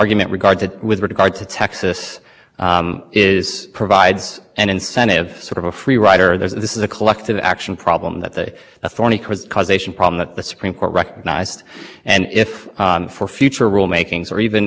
important point but it's not in the supreme court opinion so that's the first problem but that's a legal problem more interested in just real world significance of what you're explaining and how that would play out if you give me a concrete example of what you're into s